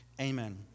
Amen